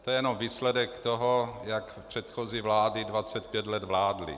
To je jenom výsledek toho, jak předchozí vlády 25 let vládly.